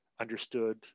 understood